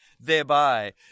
Thereby